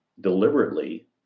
deliberately